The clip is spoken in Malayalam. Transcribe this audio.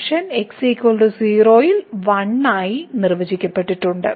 ഫംഗ്ഷൻ x 0 ൽ 1 ആയി നിർവചിക്കപ്പെട്ടിട്ടുണ്ട്